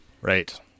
Right